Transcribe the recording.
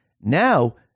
Now